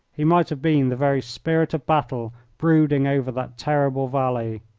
he might have been the very spirit of battle brooding over that terrible valley.